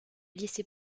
lycée